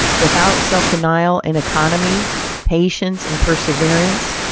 without self-denial and economy patience and perseverance,